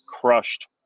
crushed